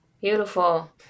Beautiful